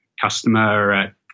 customer